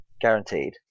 Guaranteed